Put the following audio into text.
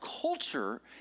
culture